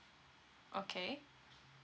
okay